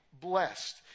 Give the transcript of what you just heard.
blessed